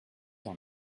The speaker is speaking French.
dans